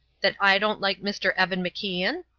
that i don't like mr. evan macian?